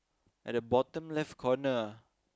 at the bottom left corner